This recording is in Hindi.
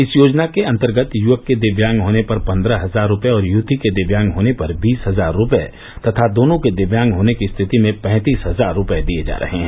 इस योजना के अन्तर्गत यूवक के दिव्यांग होने पर पन्दह हजार रुपये और यूवती के दिव्यांग होने पर बीस हजार रुपये तथा दोनों के दिव्यांग होने की स्थिति में पैंतीस हजार रुपये दिये जा रहे हैं